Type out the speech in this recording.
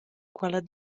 quella